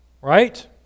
right